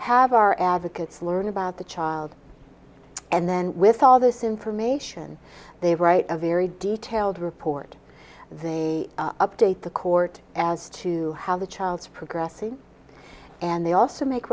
have our advocates learn about the child and then with all this information they write a very detailed report the update the court as to how the child is progressing and they also make